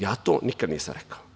Ja to nikada nisam rekao.